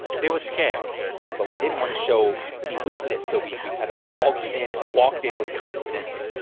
they were scared but we didn't want to show any weakness. so we we kind of waltzed in and walked in with confidence.